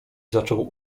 zaczął